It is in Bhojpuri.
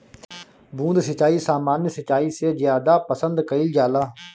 बूंद सिंचाई सामान्य सिंचाई से ज्यादा पसंद कईल जाला